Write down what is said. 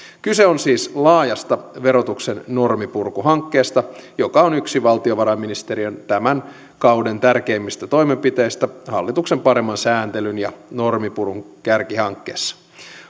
kyse on siis laajasta verotuksen normipurkuhakkeesta joka on yksi valtiovarainministeriön tämän kauden tärkeimmistä toimenpiteistä hallituksen paremman sääntelyn ja normipurun kärkihakkeissa